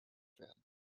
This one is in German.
werden